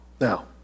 Now